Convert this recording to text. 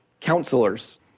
Counselors